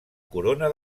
corona